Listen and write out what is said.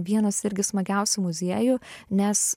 vienas irgi smagiausių muziejų nes